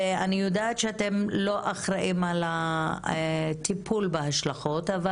ואני יודעת שאתם לא אחראיים על הטיפול בהשלכות אבל